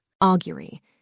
Augury